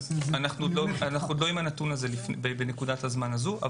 אנחנו לא עם הנתון הזה בנקודת הזמן הזו.